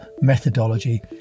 methodology